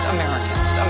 Americans